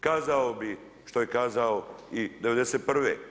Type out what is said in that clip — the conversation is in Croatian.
Kazao bi što je kazao i '91.